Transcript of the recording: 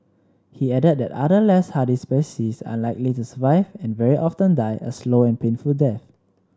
he added that other less hardy species are unlikely to survive and very often die a slow and painful death